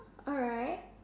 alright